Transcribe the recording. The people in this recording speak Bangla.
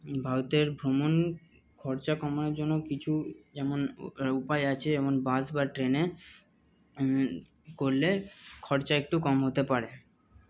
ভারতের ভ্রমণ খরচা কমানোর জন্য কিছু যেমন উপায় আছে যেমন বাস বা ট্রেনে করলে খরচা একটু কম হতে পারে